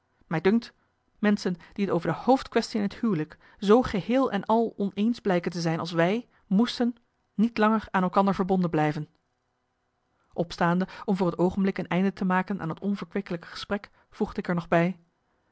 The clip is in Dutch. mij dunkt menschen die t over de hoofdquaestie in het huwelijk zoo geheel en al oneens blijken te zijn als wij moesten niet langer aan elkander verbonden blijven opstaande om voor het oogenblik een einde te maken aan het onverkwikkelijke gesprek voegde ik er nog bij